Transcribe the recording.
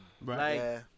Right